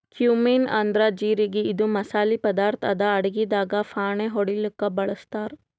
cumin ಅಂದ್ರ ಜಿರಗಿ ಇದು ಮಸಾಲಿ ಪದಾರ್ಥ್ ಅದಾ ಅಡಗಿದಾಗ್ ಫಾಣೆ ಹೊಡ್ಲಿಕ್ ಬಳಸ್ತಾರ್